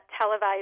televised